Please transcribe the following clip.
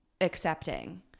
accepting